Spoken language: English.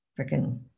Freaking